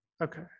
Okay